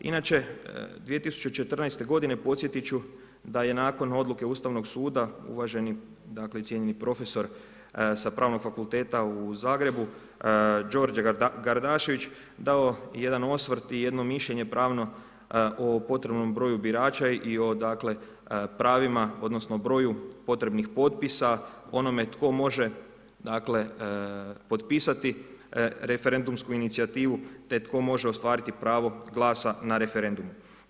Inače 2014. godine podsjetit ću da je nakon Odluke Ustavnog suda uvaženi i cijenjeni profesor sa Pravnog fakulteta u Zagrebu Đorđe Gardašević dao jedan osvrt i jedno mišljenje pravno o potrebnom broju birača i pravima odnosno broju potrebnih potpisa onome tko može potpisati referendumsku inicijativu te tko može ostvariti pravo glasa na referendumu.